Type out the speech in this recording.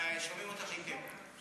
שומעים אותך היטב.